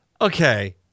Okay